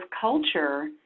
culture